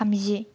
थामजि